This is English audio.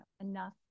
enough